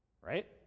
right